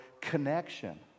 connection